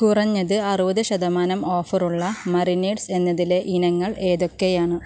കുറഞ്ഞത് അറുപത് ശതമാനം ഓഫറുള്ള മറിനേഡ്സ് എന്നതിലെ ഇനങ്ങൾ ഏതൊക്കെയാണ്